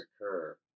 occur